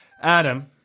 Adam